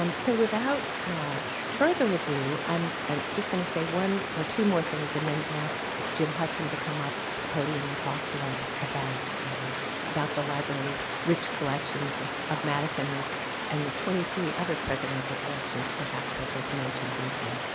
um so without further ado, i'm and just going to say one or two more things and then ask jim hutson to come up to the podium and talk to us about um about the libraries which collections with of madison and and the twenty three other presidential collections perhaps he'll just mention briefly.